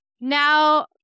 Now